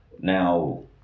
now